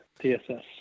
tss